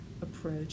approach